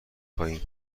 خواهیم